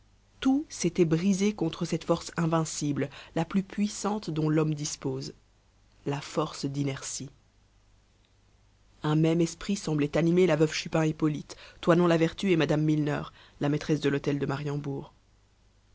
tout s'était brisé contre cette force invincible la plus puissante dont l'homme dispose la force d'inertie un même esprit semblait animer la veuve chupin et polyte toinon la vertu et mme milner la maîtresse de l'hôtel de mariembourg